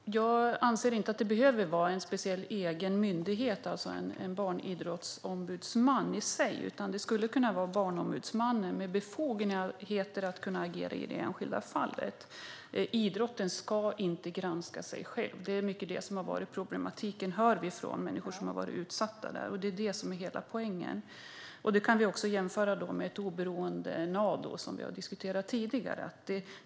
Fru talman! Jag anser inte att det behöver vara en speciell myndighet, en barnidrottsombudsman, i sig, utan det skulle kunna vara Barnombudsmannen som får befogenheter att kunna agera i det enskilda fallet. Idrotten ska inte granska sig själv. Vi hör från människor som har varit utsatta att det är detta som i mycket har utgjort problemet. Detta är hela poängen. Vi kan jämföra med ett oberoende NA, som vi diskuterade tidigare.